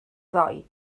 ddoe